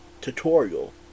tutorial